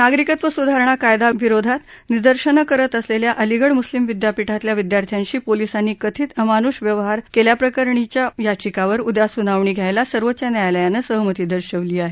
नागरिकत्व सुधारणा कायद्याविरोधात निदर्शन करत असलेल्या अलीगढ मुस्लीम विद्यापीठातल्या विद्यार्थ्यांशी पोलीसांनी कथित अमानुष व्यवहार केल्याप्रकरणीच्या याविकांवर उद्या सुनावणी घ्यायला सर्वोच्च न्यायालयानं सहमती दर्शवली आहे